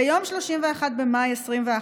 ביום 31 במאי 2021,